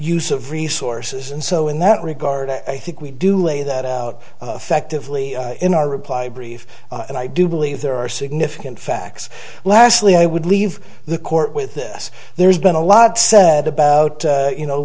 use of resources and so in that regard i think we do lay that out affectively in our reply brief and i do believe there are significant facts lastly i would leave the court with this there's been a lot said about you know